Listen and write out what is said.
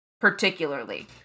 particularly